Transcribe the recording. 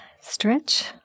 stretch